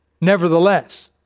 Nevertheless